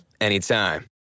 anytime